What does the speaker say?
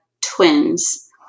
twins